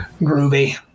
groovy